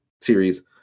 series